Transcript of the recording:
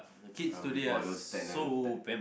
uh with all those techno~ tech